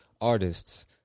artists